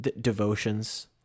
devotions